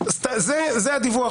זה הדיווח,